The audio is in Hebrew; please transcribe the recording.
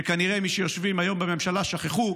שכנראה מי שיושבים היום בממשלה שכחו.